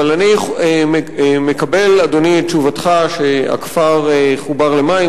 אבל אני מקבל, אדוני, את תשובתך שהכפר חובר למים.